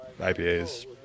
ipas